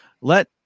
let